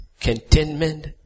contentment